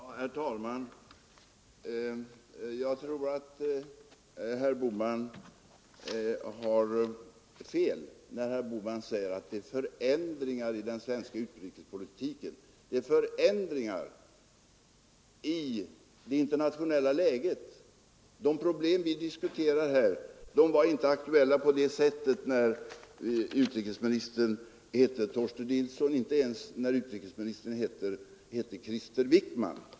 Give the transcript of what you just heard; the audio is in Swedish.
Herr talman! Jag tror att herr Bohman har fel när han talar om förändringar i den svenska politiken. Det är förändringar i det internationella läget. De problem som vi diskuterar här var inte aktuella på samma sätt när utrikesministern hette Torsten Nilsson, inte ens när utrikesministern hette Krister Wickman.